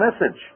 message